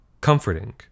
Comforting